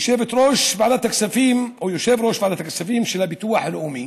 יושב-ראש ועדת הכספים של הביטוח הלאומי